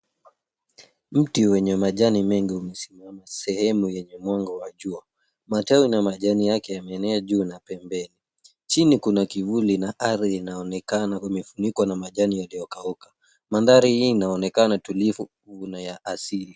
Mti wenye majani mengi umesimama sehemu yenye mwanga wa jua. Matawi na majani yake yameenea juu na pembeni. Chini kuna kivuli na ardhi inaonekana imefunikwa na majani yaliyokauka. Mandhari hii inaonekana tulivu na ya asili.